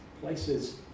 places